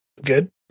good